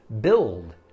build